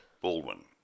Baldwin